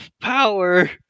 power